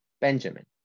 Benjamin